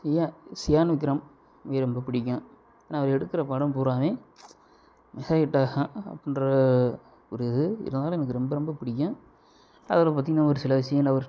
cyan Chiyaan Vikram ரொம்ப பிடிக்கும் ஏன்னா அவர் எடுக்கிற படம் பூராவுமே மிக ஹிட்டாகும் அப்படின்ற ஒரு இது இதுனால எனக்கு ரொம்ப ரொம்ப பிடிக்கும் அதோடு பார்த்தீங்கனா ஒரு சில சீனில்